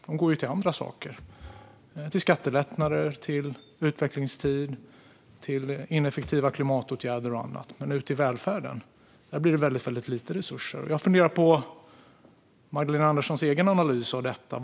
Pengarna går till andra saker, som skattelättnader, utvecklingstid, ineffektiva klimatåtgärder och annat. Ut till välfärden blir det väldigt lite resurser. Jag funderar på Magdalena Anderssons egen analys av detta.